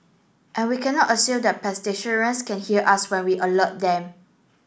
and we cannot assume that pedestrians can hear us when we alert them